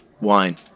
wine